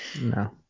No